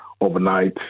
overnight